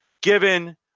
Given